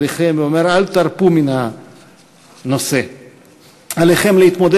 מה זה אומר על יכולת השיח והדיון שלנו בנושאים שהם באמת בנפשנו?